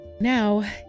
Now